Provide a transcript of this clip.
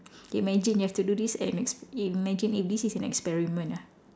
can you imagine you have to do this and ex~ imagine if this is an experiment ah